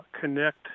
connect